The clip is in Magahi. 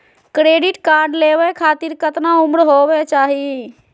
क्रेडिट कार्ड लेवे खातीर कतना उम्र होवे चाही?